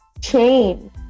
change